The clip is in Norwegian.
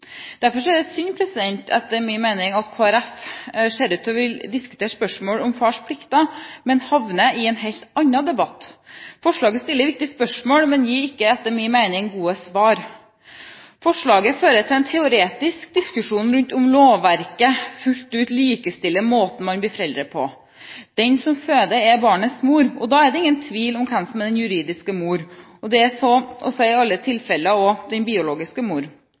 min mening er det derfor synd at Kristelig Folkeparti ser ut til å ville diskutere spørsmål om fars plikter, men havner i en helt annen debatt. Forslaget stiller viktige spørsmål, men etter min mening gir det ikke gode svar. Forslaget fører til en teoretisk diskusjon rundt lovverket, om det fullt ut likestiller måten man blir foreldre på. Den som føder, er barnets mor, og da er det ingen tvil om hvem som er den juridiske mor. Hun er også i alle tilfeller den biologiske mor